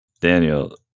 Daniel